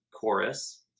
chorus